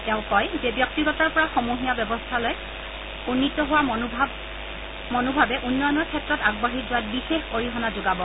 তেওঁ কয় যে ব্যক্তিগতৰ পৰা সমূহীয়া ব্যৱস্থালৈ উন্নীত হোৱা মনোভাৱে উন্নয়নৰ ক্ষেত্ৰত আগবাঢ়ি যোৱাত বিশেষ অৰিহণা যোগাব